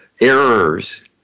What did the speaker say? errors